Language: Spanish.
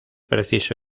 preciso